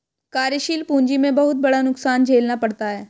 कार्यशील पूंजी में बहुत बड़ा नुकसान झेलना पड़ता है